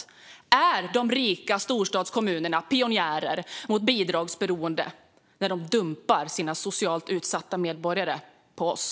Är de rika storstadskommunerna pionjärer mot bidragsberoende när de dumpar sina socialt utsatta medborgare på oss?